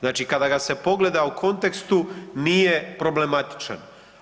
Znači kada ga se pogleda u kontekstu nije problematičan.